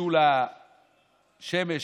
שימשו לשמש ולירח,